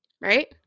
right